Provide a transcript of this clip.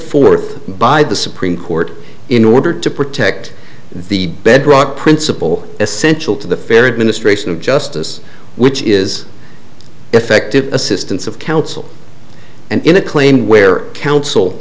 forth by the supreme court in order to protect the bedrock principle essential to the fair administration of justice which is effective assistance of counsel and in a claim where counsel